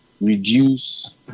reduce